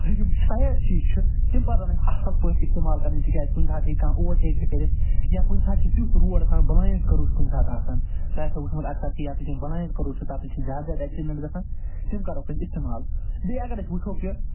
یِم سایَڈ شیٖشہٕ چھِ تِم پَزَن اَسہِ اصٕل پٲٹھی استعمال کرٕنۍ تِکیٛازِ کُنۍ ساتہٕ ہیٚکہِ کانٛہہ اوٚوَر ٹیک تہِ کٔرتھ یا کُنہِ ساتہٕ چھِ تیُتھ روڈ آسان بٕلایِنٛڈ کٔرٕو چھُ کُنہِ ساتہٕ آسان تۄہہِ آسیو وٕچھمُت اَکثَر کہِ یتَتھ یِم بٕلایِنٛڈ کٔرٕو چھِ تتٮ۪تھ چھِ زیادٕ زیادٕ اٮ۪کسِڈٮ۪نٛٹ گژھان تِم کَروَکھ أسۍ استعمال بیٚیہِ اگر أسۍ وٕچھو کہِ